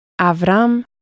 Avram